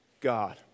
God